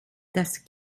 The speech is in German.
das